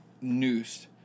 noosed